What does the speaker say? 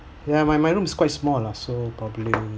yeah my my room is quite small lah so probably